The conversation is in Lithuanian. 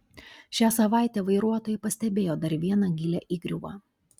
šią savaitę vairuotojai pastebėjo dar vieną gilią įgriuvą